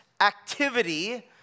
activity